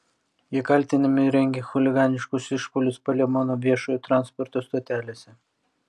jie kaltinami rengę chuliganiškus išpuolius palemono viešojo transporto stotelėse